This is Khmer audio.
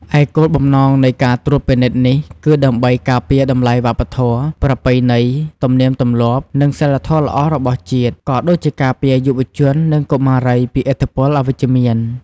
ឯគោលបំណងនៃការត្រួតពិនិត្យនេះគឺដើម្បី ការពារតម្លៃវប្បធម៌ ប្រពៃណី ទំនៀមទម្លាប់ និងសីលធម៌ល្អរបស់ជាតិ ក៏ដូចជាការពារយុវជន និងកុមារពីឥទ្ធិពលអវិជ្ជមាន។